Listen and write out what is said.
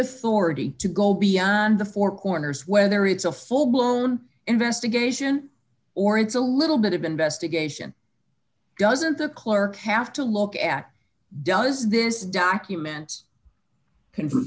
authority to go beyond the four corners whether it's a full blown investigation or it's a little bit of investigation doesn't the clerk have to look at does this document c